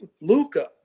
Luca